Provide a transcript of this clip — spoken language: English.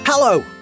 Hello